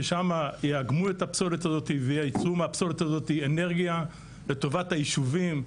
ששם יאגמו את הפסולת הזו ושם ייצרו מהפסולת הזאת אנרגיה לטובת הישובים.